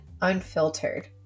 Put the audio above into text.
unfiltered